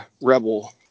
rebel